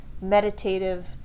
meditative